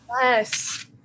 Yes